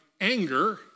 anger